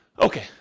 Okay